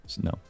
No